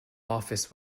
office